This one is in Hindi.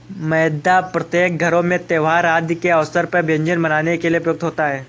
मैदा प्रत्येक घरों में त्योहार आदि के अवसर पर व्यंजन बनाने के लिए प्रयुक्त होता है